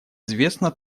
известно